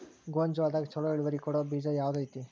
ಗೊಂಜಾಳದಾಗ ಛಲೋ ಇಳುವರಿ ಕೊಡೊ ಬೇಜ ಯಾವ್ದ್ ಐತಿ?